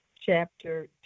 chapter